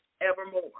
evermore